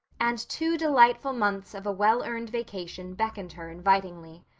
and two delightful months of a well-earned vacation beckoned her invitingly.